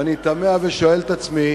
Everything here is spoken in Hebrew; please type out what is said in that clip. ואני תמה ושואל את עצמי: